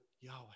Yahweh